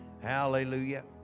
Hallelujah